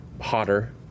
hotter